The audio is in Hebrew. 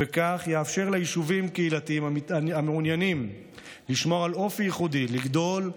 כך יתאפשר ליישובים קהילתיים המעוניינים לשמור על אופי ייחודי לגדול,